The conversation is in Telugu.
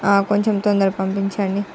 కొంచెం తొందరగా పంపించండి